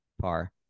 par